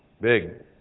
big